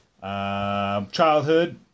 childhood